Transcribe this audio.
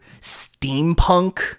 steampunk